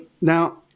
Now